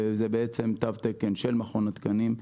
זה בעצם תו תקן של מכון התקנים.